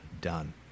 done